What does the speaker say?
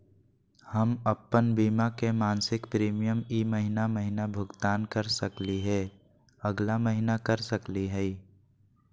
हम अप्पन बीमा के मासिक प्रीमियम ई महीना महिना भुगतान कर सकली हे, अगला महीना कर सकली हई?